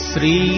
Sri